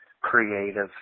creative